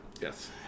Yes